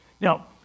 Now